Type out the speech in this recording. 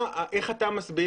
איך אתה מסביר